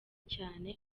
cyane